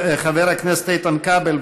חבר הכנסת איתן כבל,